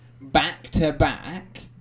back-to-back